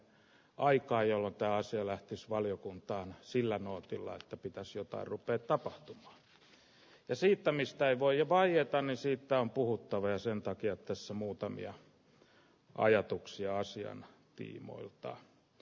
aika ajoltahan se lähtis valiokuntaan sillä nuotillasta pitäisi ottaa rupee tapahtuman käsittämistä ei voi vaietani siitä on puhuttava ja sen takia tässä muutamia ajatuksia asian tiimoilta